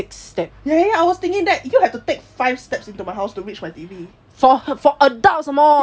ya ya ya I was thinking that you will have to pick five steps into my house to reach my T_V for her for adults some more